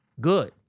good